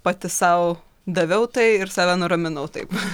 pati sau daviau tai ir save nuraminau taip